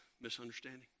misunderstanding